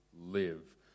live